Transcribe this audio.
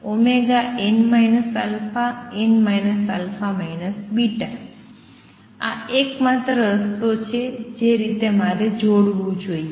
આ એકમાત્ર રસ્તો છે જે રીતે મારે જોડવુ જોઈએ